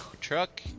truck